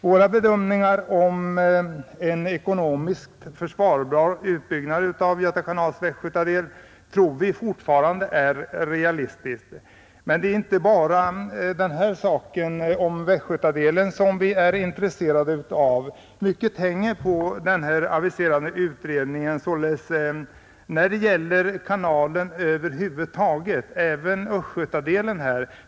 Våra bedömningar i fråga om en ekonomiskt försvarbar utbyggnad av Göta kanals västgötadel tror vi fortfarande är realistiska. Men det är inte bara västgötadelen vi är intresserade av. Mycket hänger på den aviserade utredningen när det gäller kanalen över huvud taget, även östgötadelen.